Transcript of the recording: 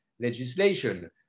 legislation